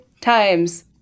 times